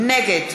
נגד